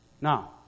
Now